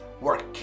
work